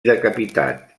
decapitat